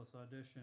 audition